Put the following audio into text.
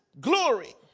glory